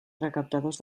recaptadors